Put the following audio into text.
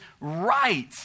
right